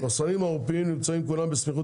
המחסנים העורפיים נמצאים כולם בסמיכות